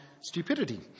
stupidity